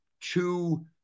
two